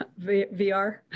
VR